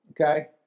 Okay